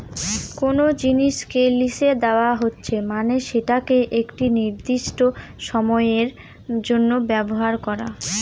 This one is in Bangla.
কোনো জিনিসকে লিসে দেওয়া হচ্ছে মানে সেটাকে একটি নির্দিষ্ট সময়ের জন্য ব্যবহার করা